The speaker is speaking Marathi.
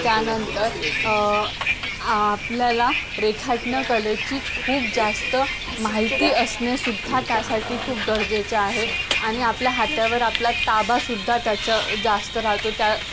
त्यानंतर आपल्याला रेखाटनं कलेची खूप जास्त माहिती असणेसुद्धा त्यासाठी खूप गरजेच आहे आणि आपल्या हात्यावर आपला ताबासुद्धा त्याच्या जास्त राहतो त्या